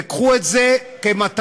וקחו את זה כמתנה,